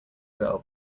girl